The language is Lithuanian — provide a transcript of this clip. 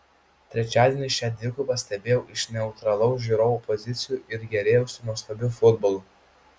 trečiadienį šią dvikovą stebėjau iš neutralaus žiūrovo pozicijų ir gėrėjausi nuostabiu futbolu